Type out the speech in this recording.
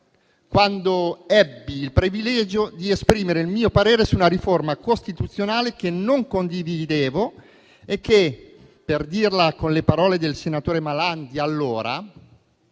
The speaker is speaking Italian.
quando ebbi il privilegio di esprimere il mio parere su una riforma costituzionale che non condividevo e che, per dirla con le parole di allora